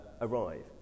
arrive